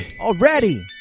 already